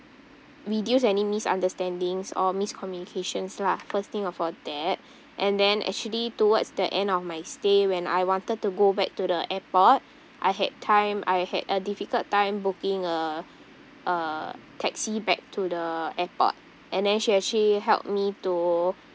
reduce any misunderstandings or miscommunications lah first thing was for that and then actually towards the end of my stay when I wanted to go back to the airport I had time I had a difficult time booking a a taxi back to the airport and then she actually helped me to